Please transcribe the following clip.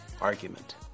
argument